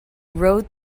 rode